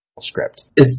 script